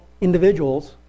individuals